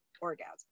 Orgasm